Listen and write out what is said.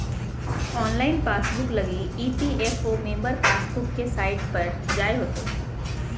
online passbook लगी EPFO member passbook के site पर जाय होतो